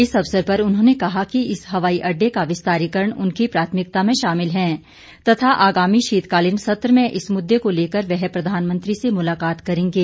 इस अवसर पर उन्होंने कहा कि इस हवाई अड्डे का विस्तारीकरण उनकी प्राथमिकता में शामिल है तथा आगामी शीतकालीन सत्र में इस मुद्दे को लेकर वह प्रधानमंत्री से मुलाकात करेंगे